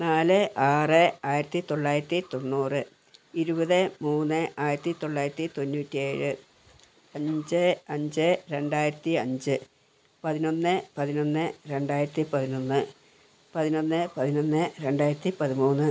നാല് ആറ് ആയിരത്തിത്തൊള്ളായിരത്തി തൊണ്ണൂറ് ഇരുപത് മൂന്ന് ആയിരത്തിത്തൊള്ളായിരത്തി തൊണ്ണൂറ്റി ഏഴ് അഞ്ച് അഞ്ച് രണ്ടായിരത്തി അഞ്ച് പതിനൊന്ന് പതിനൊന്ന് രണ്ടായിരത്തി പതിനൊന്ന് പതിനൊന്ന് പതിനൊന്ന് രണ്ടായിരത്തി പതിമൂന്ന്